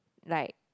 like